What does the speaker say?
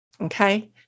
Okay